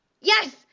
Yes